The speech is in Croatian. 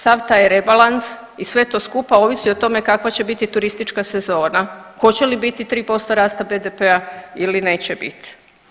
Sav taj rebalans i sve to skupa ovisi o tome kakva će biti turistička sezona, hoće li biti 3% rasta BDP-a ili neće biti.